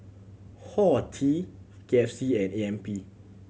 Horti K F C and A M P